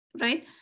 right